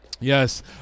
Yes